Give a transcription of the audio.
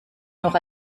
noch